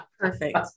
Perfect